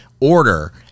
order